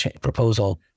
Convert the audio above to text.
proposal